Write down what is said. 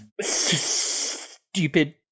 Stupid